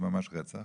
ממש רצח